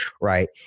right